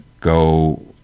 go